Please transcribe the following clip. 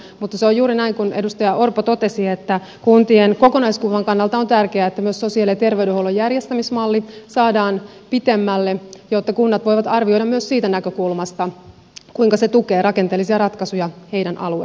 mutta se on juuri näin kuin edustaja orpo totesi että kuntien kokonaiskuvan kannalta on tärkeää että myös sosiaali ja terveydenhuollon järjestämismalli saadaan pitemmälle jotta kunnat voivat arvioida myös siitä näkökulmasta kuinka se tukee rakenteellisia ratkaisuja heidän alueellaan